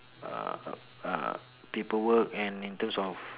uh uh uh paperwork and in terms of